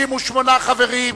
68 חברים,